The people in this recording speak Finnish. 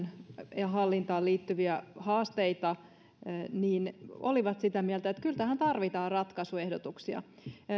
elämänhallintaan liittyviä haasteita olivat sitä mieltä että kyllä tähän tarvitaan ratkaisuehdotuksia